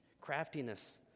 craftiness